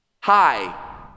hi